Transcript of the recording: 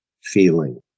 feeling